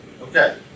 Okay